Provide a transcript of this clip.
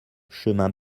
chemin